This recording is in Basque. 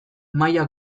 maila